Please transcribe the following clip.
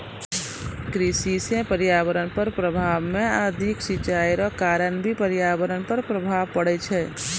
कृषि से पर्यावरण पर प्रभाव मे अधिक सिचाई रो कारण भी पर्यावरण पर प्रभाव पड़ै छै